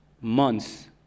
months